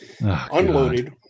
unloaded